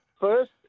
first